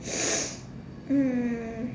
mm